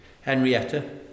Henrietta